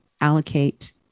allocate